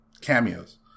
cameos